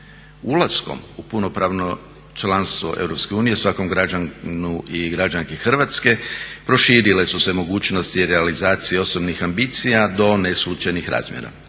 Ulaskom u punopravno članstvo EU svakom građaninu i građanki Hrvatske proširile su se mogućnosti realizacije osobnih ambicija do neslućenih razmjera.